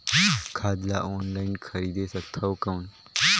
खाद ला ऑनलाइन खरीदे सकथव कौन?